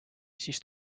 siis